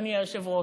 אדוני היושב-ראש?